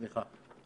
סליחה.